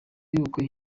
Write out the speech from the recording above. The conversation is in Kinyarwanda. y’ubukwe